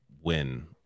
win